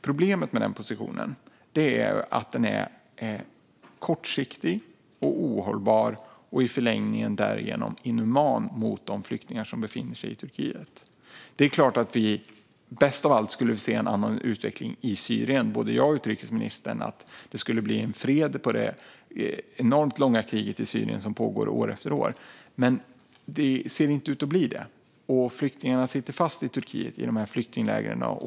Problemet med den positionen är att den är kortsiktig, ohållbar och i förlängningen därmed inhuman gentemot de flyktingar som befinner sig i Turkiet. Det är klart att både jag och utrikesministern helst av allt skulle vilja se en annan utveckling i Syrien - att det skulle bli fred och ett slut på det enormt långa kriget i Syrien, som pågår år efter år. Men det ser inte ut att bli det, och flyktingarna sitter fast i Turkiet i flyktinglägren.